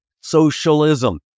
socialism